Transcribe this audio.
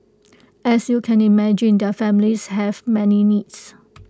as you can imagine their families have many needs